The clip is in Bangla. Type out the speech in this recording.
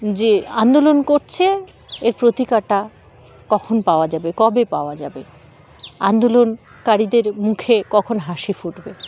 যে আন্দোলন করছে এর প্রতিকারটা কখন পাওয়া যাবে কবে পাওয়া যাবে আন্দোলনকারীদের মুখে কখন হাসি ফুটবে